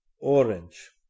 Orange